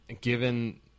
given